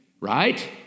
right